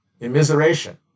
immiseration